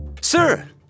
Sir